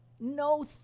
no